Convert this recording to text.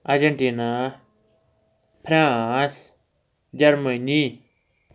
Argentina France Germany